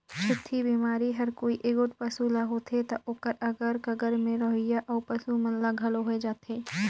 छूतही बेमारी हर कोई एगोट पसू ल होथे त ओखर अगर कगर में रहोइया अउ पसू मन ल घलो होय जाथे